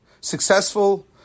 successful